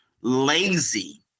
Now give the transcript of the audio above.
lazy